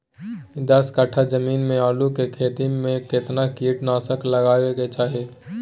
दस कट्ठा जमीन में आलू के खेती म केतना कीट नासक लगबै के चाही?